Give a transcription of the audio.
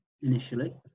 initially